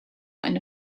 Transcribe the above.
eine